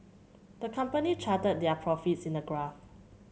the company charted their profits in a graph